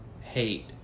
hate